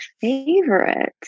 favorite